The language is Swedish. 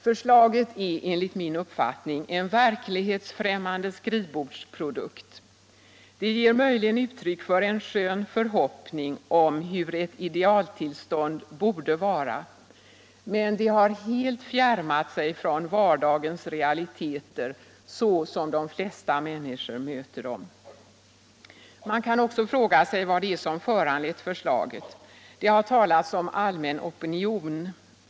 Förslaget är enligt min uppfattning en verklighetsfrämmande skrivbordsprodukt. Det ger möjligen uttryck för en skön förhoppning om hur ett idealtillstånd borde vara men det har helt fjärmat sig från vardagens realiteter så som de flesta människor möter dem. Man kan också fråga sig vad det är som föranlett förslaget. Det har talats om allmän opinion.